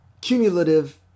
cumulative